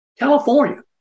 California